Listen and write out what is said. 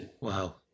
Wow